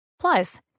Plus